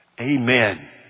Amen